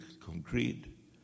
concrete